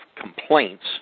complaints